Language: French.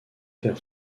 faire